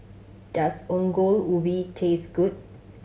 does Ongol Ubi taste good